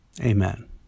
Amen